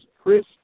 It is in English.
Chris